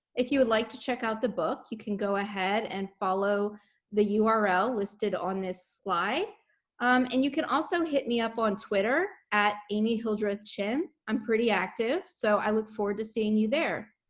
if you would like to check out the book, you can go ahead and follow the ah url listed on this slide um and you can also hit me up on twitter at amyhildrethchen. i'm pretty active. so i look forward to seeing you there.